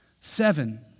seven